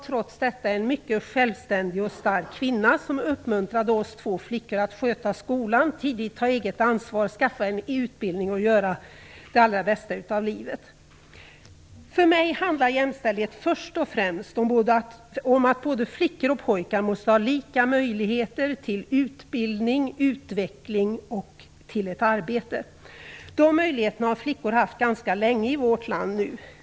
Trots det var hon en mycket självständig och stark kvinna som uppmuntrade oss två flickor att sköta skolan, tidigt ta eget ansvar, skaffa en utbildning och göra det allra bästa av livet. För mig handlar jämställdhet först och främst om att både flickor och pojkar måste ha lika möjligheter till utbildning, utveckling och arbete. De möjligheterna har flickor haft ganska länge i vårt land.